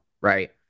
right